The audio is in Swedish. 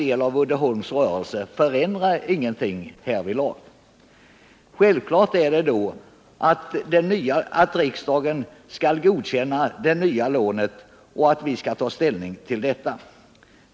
I dag gäller det ett lån till ett skogsbolag. Självklart är då att riksdagen skall godkänna det nya lånet.